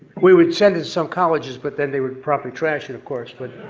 we would send it to some colleges, but then they would probably trash it, of course. but